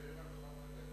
אתה מדבר על החוק הגדול?